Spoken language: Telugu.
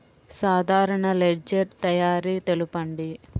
సాధారణ లెడ్జెర్ తయారి తెలుపండి?